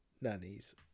nannies